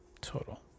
total